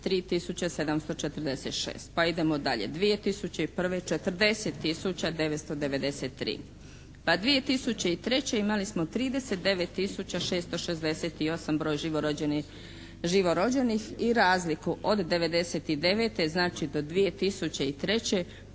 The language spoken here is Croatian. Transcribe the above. pa idemo dalje,